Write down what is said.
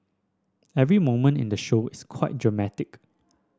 every moment in the show is quite dramatic